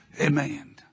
Amen